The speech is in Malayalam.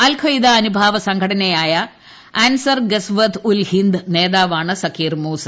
അൽഹൃഖദ അനുഭാവ സംഘടനയായ അൻസർ ഗസ്വത് ഉൽ ഹിന്ദ് നേതാവാണ് സക്കീർ മൂസ